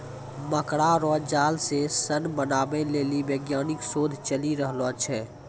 मकड़ा रो जाल से सन बनाबै लेली वैज्ञानिक शोध चली रहलो छै